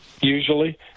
usually